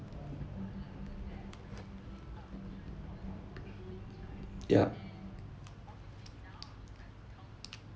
yup